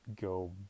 Go